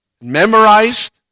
memorized